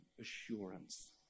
assurance